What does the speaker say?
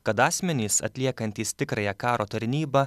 kad asmenys atliekantys tikrąją karo tarnybą